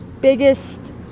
biggest